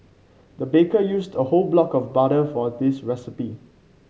the baker used a whole block of butter for this recipe